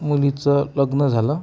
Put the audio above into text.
मुलीचं लग्न झालं